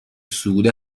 صعود